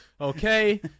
okay